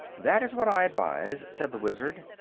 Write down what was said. that is what i advise, said the wizard.